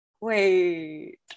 Wait